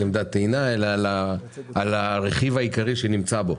כעדת טעינה אלא על הרכיב העיקרי שנמצא בו.